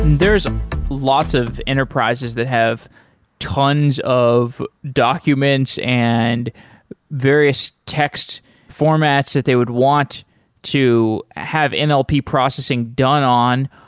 there's a lots of enterprises that have tons of documents and various text formats that they would want to have and nlp processing done on.